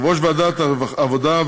יושב-ראש ועדת העבודה,